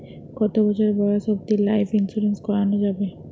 কতো বছর বয়স অব্দি লাইফ ইন্সুরেন্স করানো যাবে?